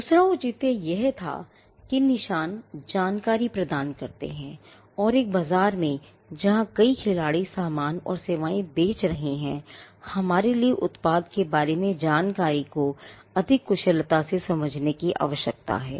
दूसरा औचित्य यह था कि निशान जानकारी प्रदान करते हैं और एक बाजार में जहां कई खिलाड़ी सामान और सेवाएं बेच रहे हैं हमारे लिए उत्पाद के बारे में जानकारी को अधिक कुशलता से समझने की आवश्यकता है